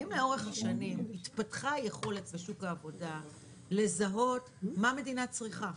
האם לאורך השנים התפתחה יכולת בשוק העבודה לזהות מה המדינה צריכה,